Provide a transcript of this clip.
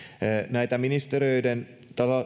näitä ministeriöiden